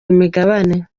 imigabane